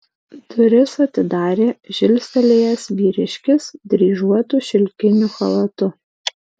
duris atidarė žilstelėjęs vyriškis dryžuotu šilkiniu chalatu